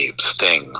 Sting